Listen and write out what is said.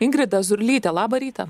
ingrida zurlyte labą rytą